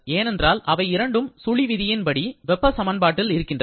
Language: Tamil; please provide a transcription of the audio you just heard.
ஏனென்றால் அவை இரண்டும் சுழி விதியின்படி வெப்ப சமன்பாட்டில் இருக்கின்றன